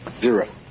Zero